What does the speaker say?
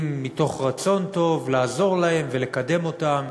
אם מתוך רצון טוב לעזור להם ולקדם אותם